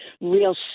real